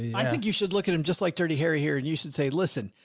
i think you should look at him just like dirty harry here. and you should say, listen,